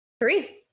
Three